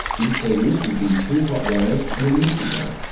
these cables will be two hot wires and a neutral wire.